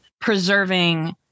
Preserving